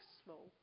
small